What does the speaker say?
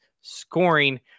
scoring